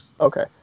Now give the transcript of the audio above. Okay